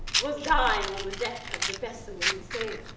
was dying on the deck of the vessel when we sailed.